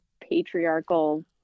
patriarchal